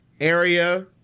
area